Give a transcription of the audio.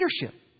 leadership